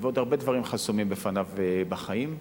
ועוד הרבה דברים חסומים בפניו בחיים.